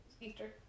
Easter